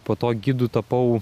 po to gidu tapau